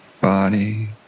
body